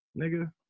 nigga